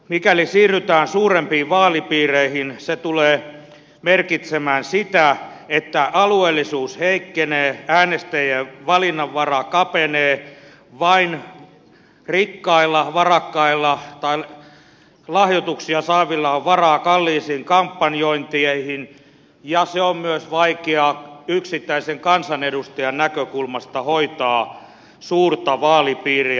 mikäli siirrytään suurempiin vaalipiireihin se tulee merkitsemään sitä että alueellisuus heikkenee äänestäjien valinnanvara kapenee vain rikkailla varakkailla tai lahjoituksia saavilla on varaa kalliisiin kampanjointeihin ja on myös yksittäisen kansanedustajan näkökulmasta vaikeaa hoitaa suurta vaalipiiriä